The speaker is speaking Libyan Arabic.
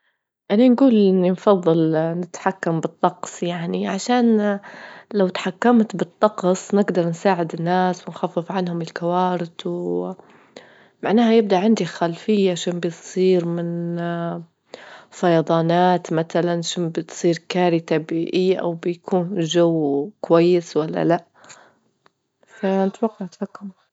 أنا نجول إني نفضل نتحكم بالطقس يعني، عشان لو تحكمت بالطقس نجدر نساعد الناس ونخفف عنهم الكوارث، ومعناها يبدأ عندي خلفية شون بيصير من فيضانات مثلا، شون بتصير كارثة بيئية أو بيكون جو كويس ولا لا? فبت.